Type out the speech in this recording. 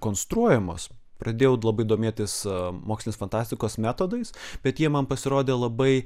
konstruojamos pradėjau labai domėtis mokslinės fantastikos metodais bet jie man pasirodė labai